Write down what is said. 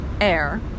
air